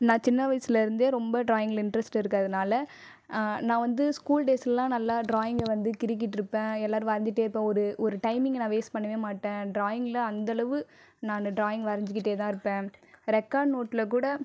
நான் சின்ன வயசில் இருந்தே ரொம்ப ட்ராயிங்ல இன்டர்ஸ்ட் இருக்கதுனால நான் வந்து ஸ்கூல் டேஸ்லலாம் நல்லா ட்ராயிங் வந்து கிறுக்கிட்ருப்பேன் இல்லை வரைஞ்சிட்டேருப்பேன் ஒரு ஒரு டைமிங்கை நான் வேஸ்ட் பண்ணவே மாட்டேன் ட்ராயிங்கில் அந்த அளவு நானு ட்ராயிங் வரஞ்சுகிட்டே தான் இருப்பேன் ரெக்கார்ட் நோட்டில் கூட